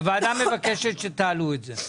אמיר, אמיר, הוועדה מבקשת שתעלו את זה.